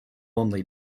only